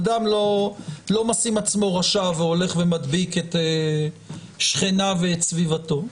אדם לא משים עצמו רשע והולך ומדביק את שכניו ואת סביבתו,